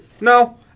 No